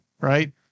right